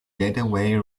gateway